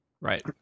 Right